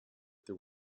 there